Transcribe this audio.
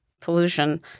pollution